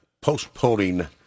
postponing